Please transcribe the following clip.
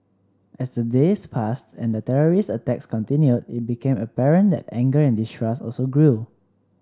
as the days passed and the terrorist attacks continued it became apparent that anger and distrust also grew